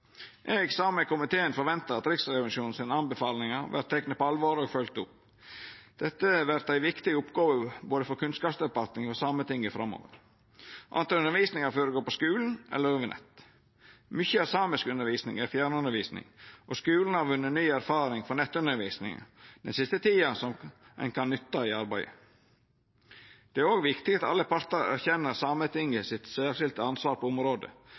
Eg, saman med komiteen, forventar at Riksrevisjonen sine tilrådingar vert tekne på alvor og følgde opp. Dette vert ei viktig oppgåve for både Kunnskapsdepartementet og Sametinget framover, anten undervisninga føregår på skulen eller over nettet. Mykje av samiskundervisninga er fjernundervisning, og skulen har vunne ny erfaring med nettundervisning den siste tida som ein kan nytta i arbeidet. Det er også viktig at alle partar erkjenner Sametinget sitt særskilte ansvar på området,